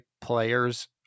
players